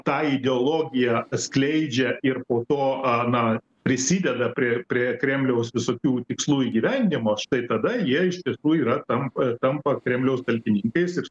tą ideologiją atskleidžia ir po to na prisideda prie prie kremliaus visokių tikslų įgyvendinimo štai tada jie iš tiesų yra tampa tampa kremliaus talkininkais ir